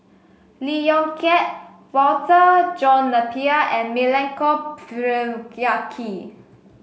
Lee Yong Kiat Walter John Napier and Milenko Prvacki